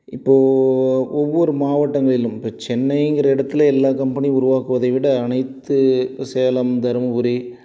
இப்போ ஒவ்வொரு மாவட்டங்களிலும் இப்போ சென்னைங்கிற இடத்துல எல்லா கம்பெனியும் உருவாக்குவதை விட அனைத்து சேலம் தருமபுரி